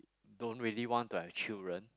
don't really want to have children